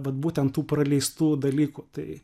vat būtent tų praleistų dalykų tai